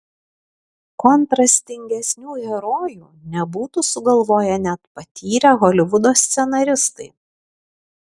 kontrastingesnių herojų nebūtų sugalvoję net patyrę holivudo scenaristai